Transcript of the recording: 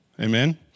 Amen